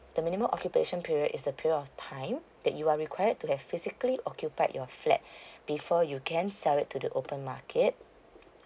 the minimum occupation period is the period of time that you are required to have physically occupied your flat before you can sell it to the open market